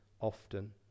often